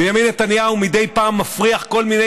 בנימין נתניהו מדי פעם מפריח כל מיני